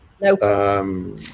No